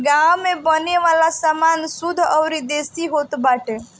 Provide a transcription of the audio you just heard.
गांव में बने वाला सामान शुद्ध अउरी देसी होत बाटे